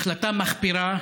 החלטה מחפירה,